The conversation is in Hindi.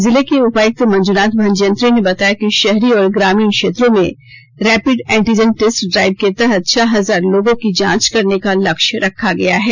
जिले के उपायुक्त मंजूनाथ भजंत्री ने बताया कि शहरी और ग्रामीण क्षेत्रों में रैपिड एंटीजेन टेस्ट ड्राइव के तहत छह हजार लोगों की जांच करने का लक्ष्य रखा गया है